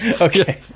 okay